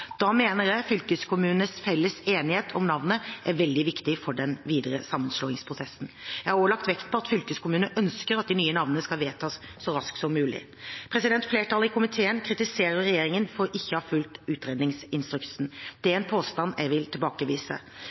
Da mener jeg fylkeskommunenes felles enighet om navnet er veldig viktig for den videre sammenslåingsprosessen. Jeg har også lagt vekt på at fylkeskommunene ønsker at de nye navnene skal vedtas så raskt som mulig. Flertallet i komiteen kritiserer regjeringen for ikke å ha fulgt utredningsinstruksen. Det er en påstand jeg vil tilbakevise.